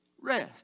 rest